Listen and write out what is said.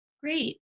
Great